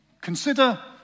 Consider